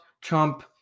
Trump